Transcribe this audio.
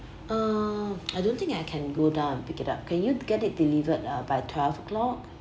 uh I don't think I can go down and pick it up can you get it delivered uh by twelve O clock